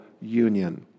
union